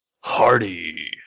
Hardy